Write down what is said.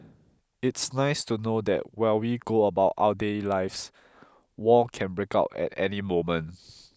it's nice to know that while we go about our daily lives war can break out at any moment